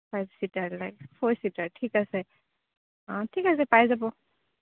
five seater লাগে four seater ঠিক আছে অ' ঠিক আছে পাই যাব